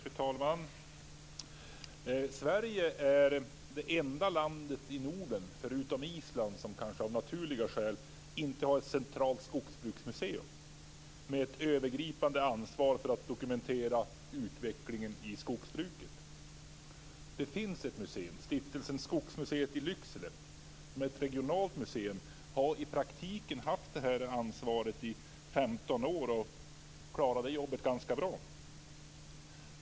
Fru talman! Sverige är det enda land i Norden, förutom Island av kanske naturliga skäl, som inte har ett centralt skogsbruksmuseum med ett övergripande ansvar för att dokumentera utvecklingen i skogsbruket. Det finns ett museum, Stiftelsen Skogsmuseet i Lycksele som är ett regionalt museum. Museet har i praktiken haft det här ansvaret i 15 år och har klarat av det ganska bra.